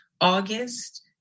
august